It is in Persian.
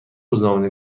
روزنامه